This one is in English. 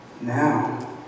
Now